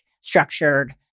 structured